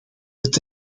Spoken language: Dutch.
het